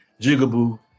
Jigaboo